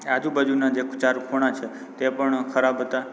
આજુબાજુના જે ચાર ખૂણા છે તે પણ ખરાબ હતા